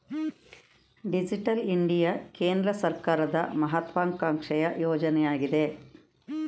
digital India ಕೇಂದ್ರ ಸರ್ಕಾರದ ಮಹತ್ವಾಕಾಂಕ್ಷೆಯ ಯೋಜನೆಯಗಿದೆ